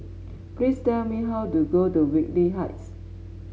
please tell me how to go to Whitley Heights